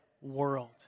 world